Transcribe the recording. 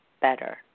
better